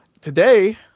Today